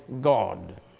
God